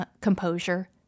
composure